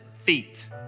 feet